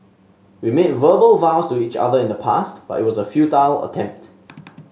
we made verbal vows to each other in the past but it was a futile attempt